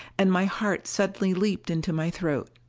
and my heart suddenly leaped into my throat.